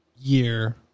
Year